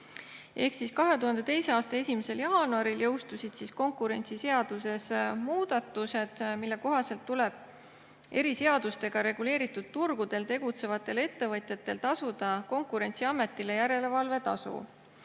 täiendamist. 2002. aasta 1. jaanuaril jõustusid konkurentsiseaduse muudatused, mille kohaselt tuleb eriseadustega reguleeritud turgudel tegutsevatel ettevõtjatel tasuda Konkurentsiametile järelevalvetasu.